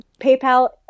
PayPal